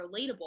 relatable